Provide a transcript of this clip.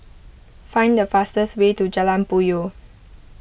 find the fastest way to Jalan Puyoh